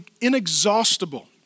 inexhaustible